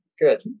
good